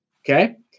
Okay